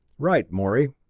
right, morey.